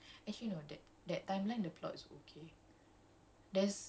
ya because it's mm it's a bit dia punya plot